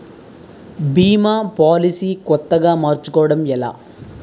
భీమా policy కొత్తగా మార్చుకోవడం ఎలా?